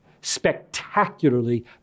spectacularly